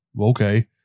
Okay